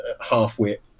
half-wit